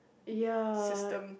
ya